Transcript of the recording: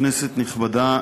כנסת נכבדה,